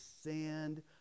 sand